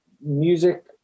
music